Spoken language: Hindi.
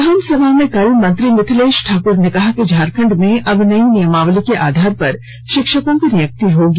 विधानसभा में कल मंत्री मिथिलेश ठाक्र ने कहा कि झारखंड में अब नई नियमावली के आधार पर शिक्षकों की नियुक्ति होगी